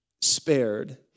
spared